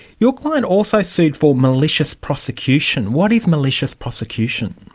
your client also sued for malicious prosecution. what is malicious prosecution?